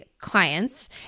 clients